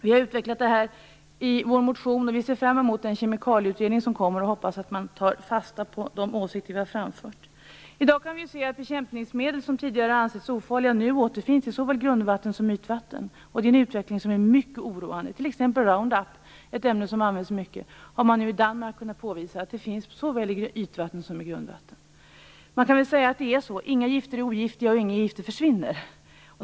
Vi har utvecklat detta resonemang i vår motion och ser fram emot den kemikalieutredning som kommer och hoppas att man där tar fasta på de åsikter som vi har framfört. I dag kan vi se att bekämpningsmedel som tidigare har ansetts ofarliga nu återfinns såväl i grundvatten som i ytvatten. Det är en utveckling som är mycket oroande. Roundup är ett ämne som används mycket. Nu har man i Danmark kunna påvisa att det finns såväl i ytvatten som i grundvatten. Inga gifter är ogiftiga och inga gifter försvinner.